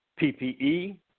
PPE